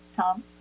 Tom